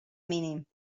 mínim